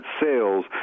sales